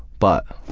but